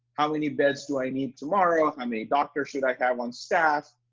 how many beds do i need tomorrow? how many doctors should i have on staff?